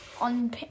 on